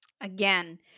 Again